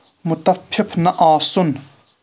مُتفِف نہ آسُن